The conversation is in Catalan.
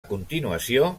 continuació